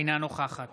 אינה נוכחת